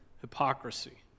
hypocrisy